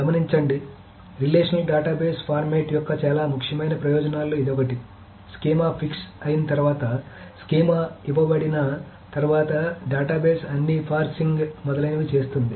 గమనించండి relational database format యొక్క చాలా ముఖ్యమైన ప్రయోజనాల్లో ఇది ఒకటి స్కీమా ఫిక్స్ అయిన తర్వాత స్కీమా ఇవ్వబడిన తర్వాత డేటాబేస్ అన్ని పార్సింగ్ మొదలైనవి చేస్తుంది